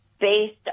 based